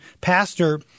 pastor